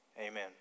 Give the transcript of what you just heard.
Amen